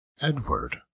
edward